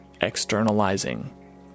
externalizing